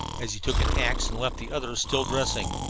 as he took an axe and left the others still dressing.